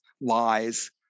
lies